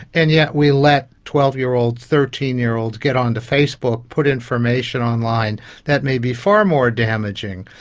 and yet we let twelve year olds, thirteen year olds get onto facebook, put information online that may be far more damaging.